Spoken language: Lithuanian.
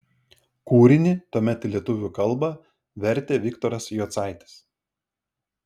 kūrinį tuomet į lietuvių kalbą vertė viktoras jocaitis